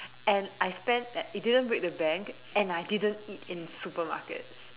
and I spend at it didn't break the bank and I didn't eat in supermarkets